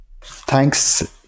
thanks